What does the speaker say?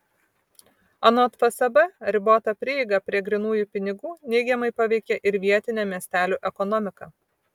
anot fsb ribota prieiga prie grynųjų pinigų neigiamai paveikia ir vietinę miestelių ekonomiką